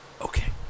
Okay